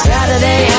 Saturday